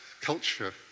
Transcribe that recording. culture